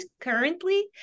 currently